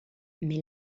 mais